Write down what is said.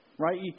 Right